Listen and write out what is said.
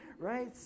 Right